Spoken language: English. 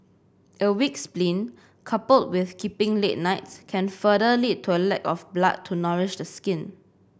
a weak spleen coupled with keeping late nights can further lead to a lack of blood to nourish the skin